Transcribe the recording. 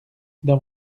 dans